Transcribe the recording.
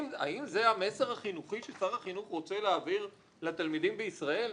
האם זה המסר החינוכי ששר החינוך רוצה להעביר לתלמידים בישראל,